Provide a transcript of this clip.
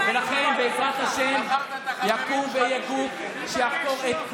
לכן, בעזרת השם, יקום ויהיה גוף שיחקור את כולם,